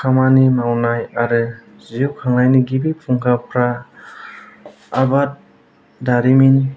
खामानि मावनाय आरो जिउ खांनायनि गिबि फुंखाफोरा आबाद दारिमिन